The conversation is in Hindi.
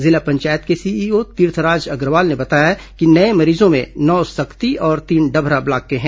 जिला पंचायत के सीईओ तीर्थराज अग्रवाल ने बताया कि नये मरीजों में नौ सक्ती और तीन डभरा ब्लॉक के हैं